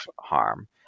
harm